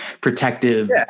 protective